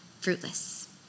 fruitless